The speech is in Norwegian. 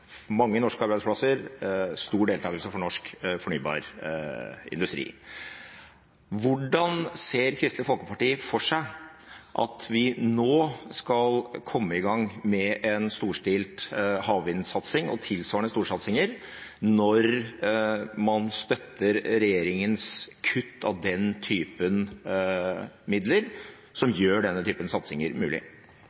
for mange norske arbeidsplasser og stor deltakelse for norsk fornybar industri. Hvordan ser Kristelig Folkeparti for seg at vi nå skal komme i gang med en storstilt havvindsatsing – og tilsvarende storsatsinger – når man støtter regjeringens kutt av den type midler som gjør denne typen satsing mulig?